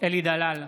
אלי דלל,